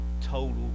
total